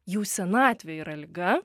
jau senatvė yra liga